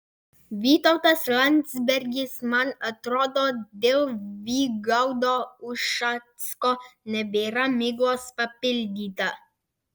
vytautas landsbergis man atrodo dėl vygaudo ušacko nebėra miglos papildyta